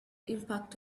impact